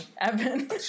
Evan